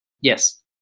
Yes